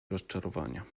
rozczarowania